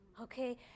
okay